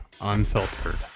unfiltered